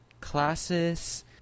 classes